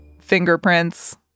Fingerprints